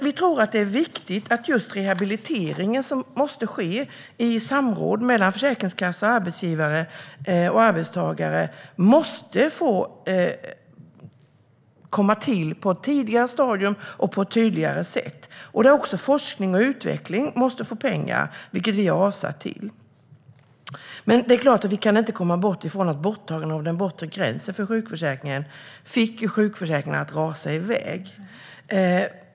Vi tror att det är viktigt att just rehabiliteringen, som måste ske i samråd mellan försäkringskassa, arbetsgivare och arbetstagare, kan ske i ett tidigare stadium och på ett tydligare sätt. Också forskning och utveckling måste få pengar, vilket vi har avsatt medel till. Men vi kan inte komma bort från att borttagandet av den bortre gränsen för sjukskrivning fick sjukskrivningarna att rasa iväg.